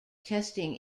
testing